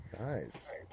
Nice